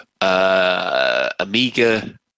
Amiga